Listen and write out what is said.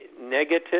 Negative